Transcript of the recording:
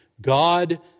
God